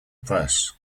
press